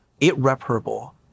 irreparable